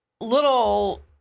little